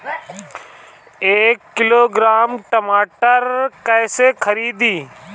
एक किलोग्राम टमाटर कैसे खरदी?